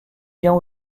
bien